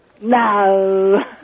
No